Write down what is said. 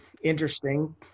interesting